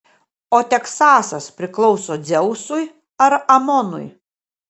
o teksasas priklauso dzeusui ar amonui